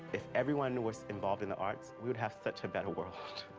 if everyone was involved in the arts, we would have such a better world.